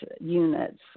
units